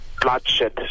bloodshed